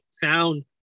found